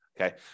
Okay